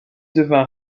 devint